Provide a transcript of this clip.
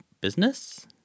business